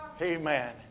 Amen